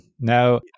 Now